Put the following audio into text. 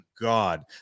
god